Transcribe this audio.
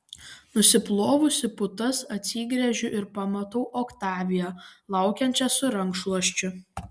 nusiplovusi putas atsigręžiu ir pamatau oktaviją laukiančią su rankšluosčiu